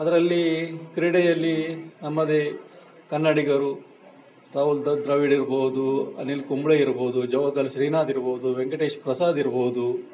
ಅದರಲ್ಲಿ ಕ್ರೀಡೆಯಲ್ಲಿ ನಮ್ಮದೇ ಕನ್ನಡಿಗರು ರಾಹುಲ್ ದ್ರಾವಿಡ್ ಇರ್ಬೋದು ಅನಿಲ್ ಕುಂಬ್ಳೆ ಇರ್ಬೋದು ಜಾವಗಲ್ ಶ್ರೀನಾಥ್ ಇರ್ಬೋದು ವೆಂಕಟೇಶ್ ಪ್ರಸಾದ್ ಇರ್ಬೋದು